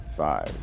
Five